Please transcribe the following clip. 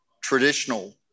traditional